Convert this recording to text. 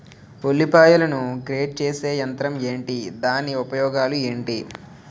ఉల్లిపాయలను గ్రేడ్ చేసే యంత్రం ఏంటి? దాని ఉపయోగాలు ఏంటి?